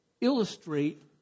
illustrate